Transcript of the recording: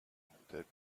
mutter